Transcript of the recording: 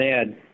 add